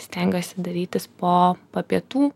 stengiuosi darytis po pietų